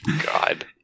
god